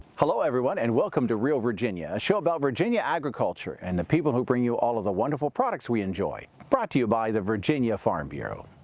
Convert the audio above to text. hello, everyone, and welcome to real virginia, a show about virginia agriculture and the people who bring you all of the wonderful products we enjoy, brought to you by the virginia farm bureau.